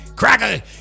cracker